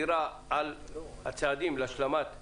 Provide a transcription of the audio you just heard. הוועדה שמעה סקירה על הצעדים להשלמת הרפורמה,